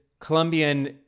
Colombian